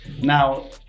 Now